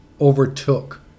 overtook